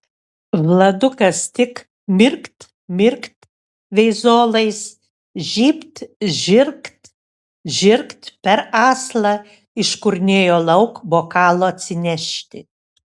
vladukas tik mirkt mirkt veizolais žybt žirgt žirgt per aslą iškurnėjo lauk bokalo atsinešti